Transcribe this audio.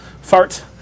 Fart